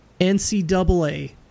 NCAA